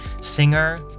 singer